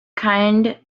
kind